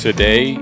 Today